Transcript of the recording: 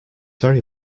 very